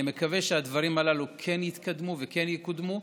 אני מקווה שהדברים הללו כן יתקדמו וכן יקודמו.